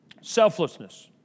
selflessness